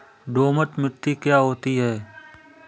दोमट मिट्टी क्या होती हैं?